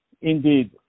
Indeed